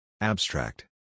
Abstract